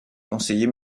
conseillers